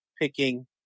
picking